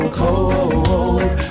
cold